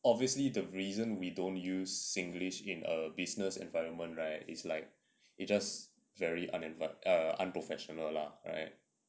obviously the reason we don't use singlish in a business environment right is like it just very unem~ err unprofessional lah right